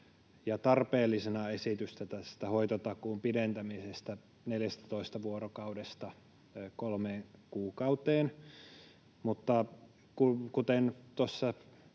ja tarpeellisena tätä esitystä tästä hoitotakuun pidentämisestä 14 vuorokaudesta kolmeen kuukauteen.